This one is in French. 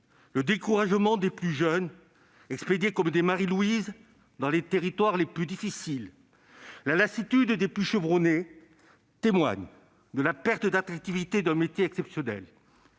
le découragement des plus jeunes expédiés comme des Marie-Louise dans les territoires les plus difficiles, la lassitude des plus chevronnés, témoignent de la perte d'attractivité d'un métier exceptionnel.